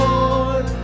Lord